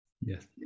Yes